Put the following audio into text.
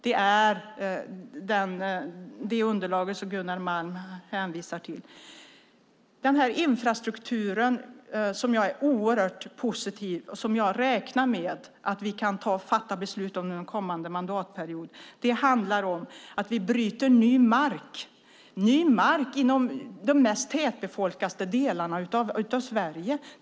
Det är det underlag som Gunnar Malm hänvisar till. Denna infrastruktur som jag är oerhört positiv till och som jag räknar med att vi kan fatta beslut om under kommande mandatperiod handlar om att vi bryter ny mark inom de mest tätbefolkade delarna av Sverige.